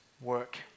work